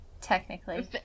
technically